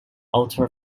outer